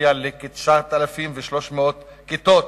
מגיע לכ-9,300 כיתות.